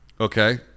Okay